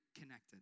connected